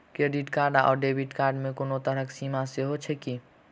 Credit card आओर debit card मे कोनो तरहक सीमा सेहो छैक की?